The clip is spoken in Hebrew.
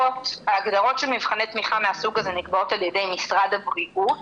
ההגדרות של מבחני תמיכה מהסוג הזה נקבעות על ידי משרד הבריאות,